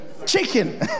chicken